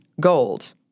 gold